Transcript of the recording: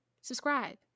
Subscribe